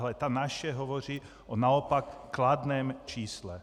Ale ta naše hovoří o naopak kladném čísle.